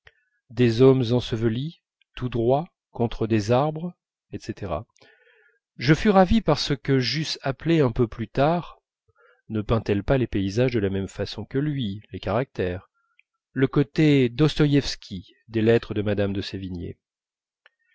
des hommes ensevelis tout droits contre des arbres etc je fus ravi par ce que j'eusse appelé un peu plus tard ne peint elle pas les paysages de la même façon que lui les caractères le côté dostoïewski des lettres de madame de sévigné